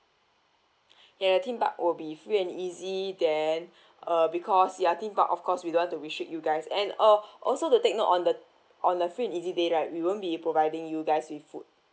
ya the theme park will be free and easy then uh because ya theme park of course we don't want to restrict you guys and uh also to take note on the on the free and easy day right we won't be providing you guys with food